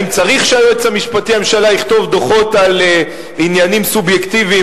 אם צריך שהיועץ המשפטי לממשלה יכתוב דוחות על עניינים סובייקטיביים,